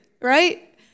right